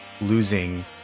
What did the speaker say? losing